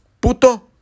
puto